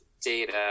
data